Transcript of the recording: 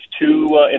two